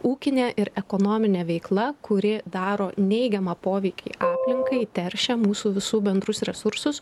ūkinė ir ekonominė veikla kuri daro neigiamą poveikį aplinkai teršia mūsų visų bendrus resursus